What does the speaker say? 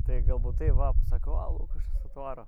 tai galbūt tai va sako o lukašas atvaro